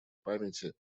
памяти